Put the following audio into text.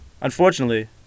Unfortunately